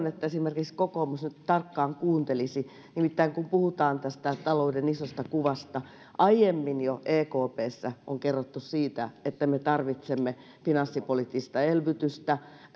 että esimerkiksi kokoomus nyt tarkkaan kuuntelisi nimittäin kun puhutaan tästä talouden isosta kuvasta niin jo aiemmin on ekpssä kerrottu siitä että me tarvitsemme finanssipoliittista elvytystä